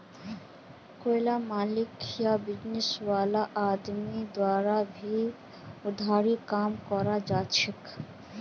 कोईला मालिक या बिजनेस वाला आदमीर द्वारा भी उधारीर काम कराल जाछेक